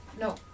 No